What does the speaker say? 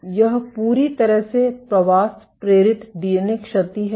तो यह पूरी तरह से प्रवास प्रेरित डीएनए क्षति है